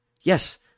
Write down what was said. yes